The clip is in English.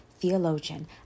theologian